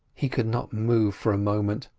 he could not move for a moment,